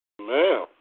man